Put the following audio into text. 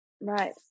Right